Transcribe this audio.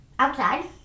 Outside